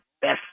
best